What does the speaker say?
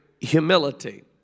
humility